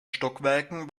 stockwerken